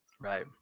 Right